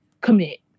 commit